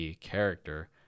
character